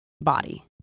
body